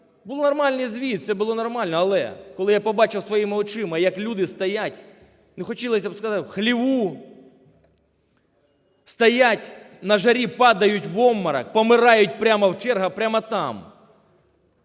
Був нормальний звіт, все було нормально. Але коли я побачив своїми очима, як люди стоять, хотілось сказати в хлеву стоять, на жарі падають в обморок, помирають прямо в чергах, прямо там